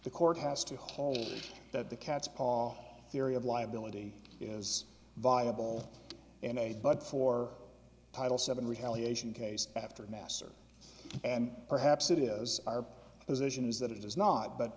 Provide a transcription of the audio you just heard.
the court has to hold that the cat's paw theory of liability is viable but for title seven retaliation case after master and perhaps it is our position is that it is not but